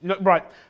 Right